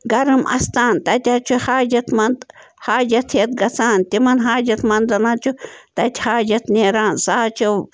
گرم اَستان تتہِ حظ چھِ حاجت منٛد حاجت ہٮ۪تھ گژھان تِمَن حاجَت منٛدَن حظ چھُ تَتہِ حاجَت نیران سُہ حظ چھِ